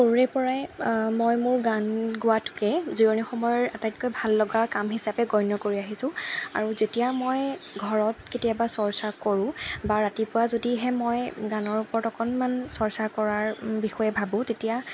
সৰুৰেপৰাই মই মোৰ গান গোৱাটোকে জিৰণি সময়ৰ আটাইতকৈ ভাললগা কাম হিচাপে গণ্য কৰি আহিছোঁ আৰু যেতিয়া মই ঘৰত কেতিয়াবা চৰ্চা কৰোঁ বা ৰাতিপুৱা যদিহে মই গানৰ ওপৰত অকণমান চৰ্চা কৰাৰ বিষয়ে ভাবোঁ তেতিয়া